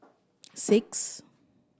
six